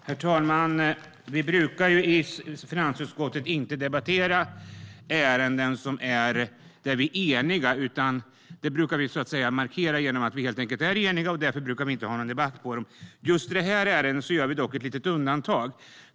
Herr talman! Vi brukar i finansutskottet inte debattera ärenden där vi är eniga. Enigheten brukar vi markera genom att inte ha någon debatt om dem. I detta ärende gör vi dock ett litet undantag.